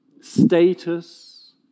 status